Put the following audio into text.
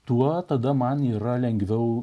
tuo tada man yra lengviau